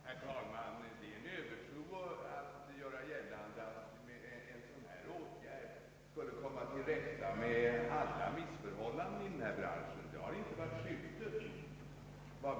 Herr talman! Det är en övertro att göra gällande att man med en sådan här åtgärd skulle komma till rätta med alla missförhållanden i branschen. Det har inte varit syftet med den föreslagna lagen.